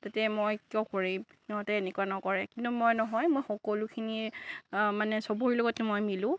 তাতে মই কিয় কৰিম সিহঁতে এনেকুৱা নকৰে কিন্তু মই নহয় মই সকলোখিনিয়ে মানে চবৰে লগত মই মিলোঁ